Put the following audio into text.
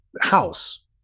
house